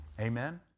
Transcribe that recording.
Amen